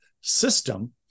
system